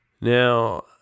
now